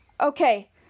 Okay